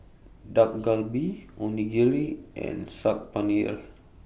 Dak Galbi Onigiri and Saag Paneer